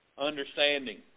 understanding